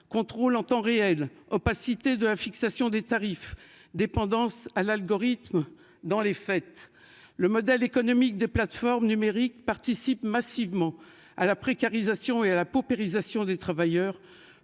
contrôle en temps réel opacité de la fixation des tarifs dépendance à l'algorithme dans les fêtes, le modèle économique des plateformes numériques participent massivement à la précarisation et à la paupérisation des travailleurs.